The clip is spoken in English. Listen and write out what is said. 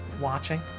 watching